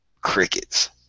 crickets